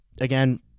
Again